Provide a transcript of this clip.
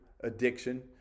addiction